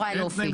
אה הורידו, בסדר.